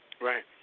Right